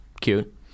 cute